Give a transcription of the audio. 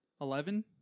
Eleven